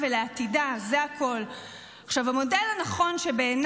על פי הנתונים של המכון הישראלי